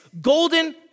golden